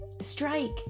Strike